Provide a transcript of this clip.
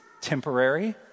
temporary